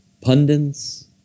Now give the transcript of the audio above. pundits